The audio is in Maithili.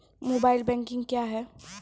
मोबाइल बैंकिंग क्या हैं?